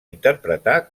interpretar